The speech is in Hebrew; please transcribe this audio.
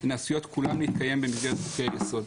הן עשויות כולן להתקיים במסגרת חוקי יסוד.